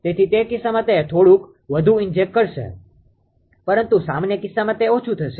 તેથી તે કિસ્સામાં તે થોડુંક વધુ ઇન્જેક્ટ કરશે પરંતુ સામાન્ય કિસ્સામાં તે ઓછું હશે